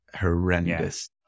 horrendous